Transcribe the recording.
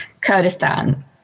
Kurdistan